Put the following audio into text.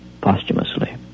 posthumously